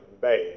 bad